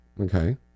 Okay